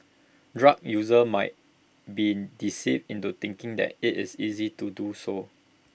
drug users might be deceived into thinking that IT is easy to do so